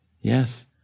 yes